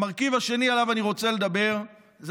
המרכיב השני שעליו אני רוצה לדבר זה